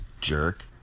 jerk